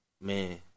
Man